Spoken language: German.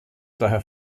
daher